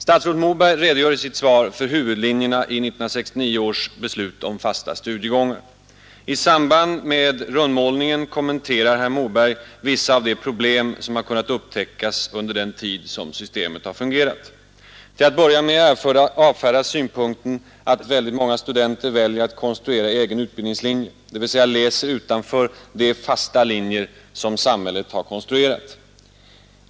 Statsrådet Moberg redogör i sitt svar för huvudlinjerna i 1969 års beslut om fasta studiegångar. I samband med rundmålningen kommenterar herr Moberg vissa av de problem, som kunnat upptäckas under den tid som systemet har fungerat. Till att börja med avfärdas synpunkten att väldigt många studenter väljer att konstruera en egen utbildningslinje, dvs. läser utanför de fasta linjer som samhället har konstruerat.